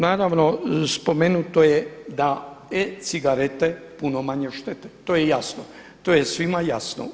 Naravno spomenuto je da e-cigarete puno manje štete, to je jasno, to je svima jasno.